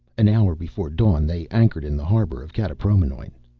an hour before dawn they anchored in the harbor of kataproimnoin.